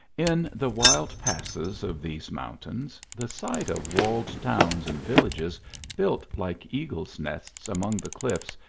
in the wild passes of these mountains, the sight of walled towns and villages built like eagles nests among the cliffs,